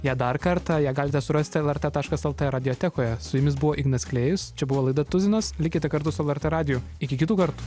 ją dar kartą ją galite surasti lrt taškas lt radiotekoje su jumis buvo ignas klėjus čia buvo laida tuzinas likite kartu su lrt radiju iki kitų kartų